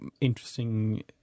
interesting